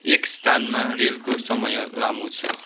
एक स्थानमा रेलको समय लामो छ